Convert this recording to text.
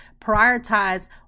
prioritize